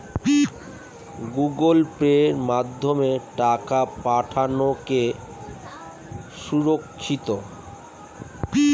Google পের মাধ্যমে টাকা পাঠানোকে সুরক্ষিত?